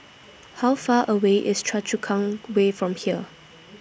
How Far away IS Choa Chu Kang Way from here